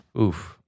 oof